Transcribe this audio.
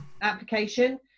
application